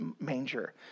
manger